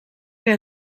que